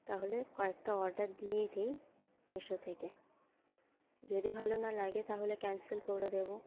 তাহলে কয়েকটা অর্ডার দিয়েই দিই মিশো থেকে যদি ভালো না লাগে তাহলে ক্যান্সেল করে দেবো